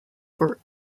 for